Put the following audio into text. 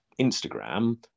Instagram